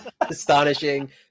Astonishing